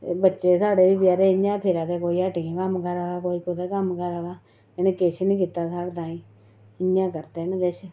बच्चे साढ़े बी बचैरे इ'यां फिरा दे कोई हट्टियें कम्म करा दा कोई कुतै कम्म करा दा इ'नें किश निं कीता साढ़े ताईं इ'यां करदे न